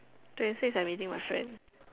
twenty fifth I am meeting my friend